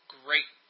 great